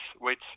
wait